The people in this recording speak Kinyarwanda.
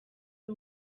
ari